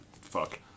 Fuck